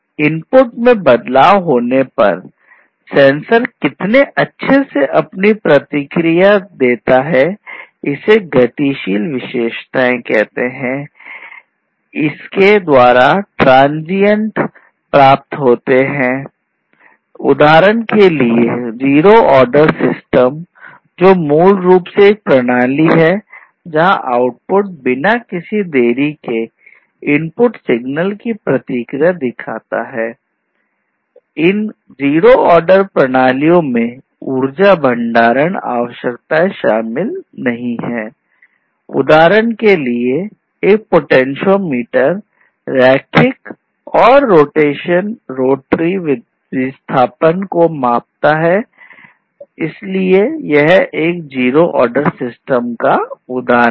input में बदलाव होने पर सेंसर कितना अच्छे से अपनी प्रतिक्रिया को मापता है इसलिए यह एक जीरो ऑर्डर सिस्टम का उदाहरण है